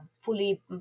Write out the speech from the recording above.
fully